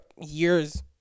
years